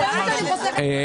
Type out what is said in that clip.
לא ללכת עם ארנק,